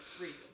reason